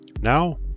Now